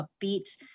upbeat